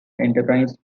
enterprise